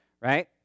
right